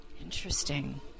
Interesting